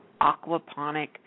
Aquaponic